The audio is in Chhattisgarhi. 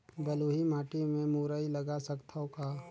बलुही माटी मे मुरई लगा सकथव का?